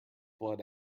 blood